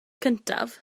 cyntaf